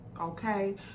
okay